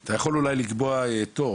אתה יכול אולי לקבוע תור,